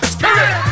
Spirit